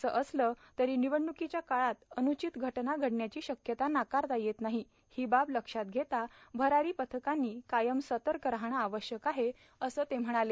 असे असले तरी निवडणूकीच्या काळात अन्चित घटना घडण्याची शक्यता नाकारता येत नाही ही बाब लक्षात घेता भरारी पथकांनी कायम सर्तक राहणे आवश्यक आहे असे ते म्हणाले